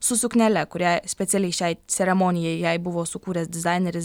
su suknele kurią specialiai šiai ceremonijai jai buvo sukūręs dizaineris